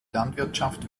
landwirtschaft